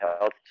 Health